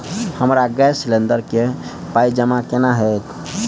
हमरा gas cylinder केँ पाई जमा केना हएत?